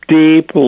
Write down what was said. deep